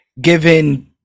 Given